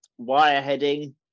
wireheading